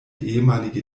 ehemalige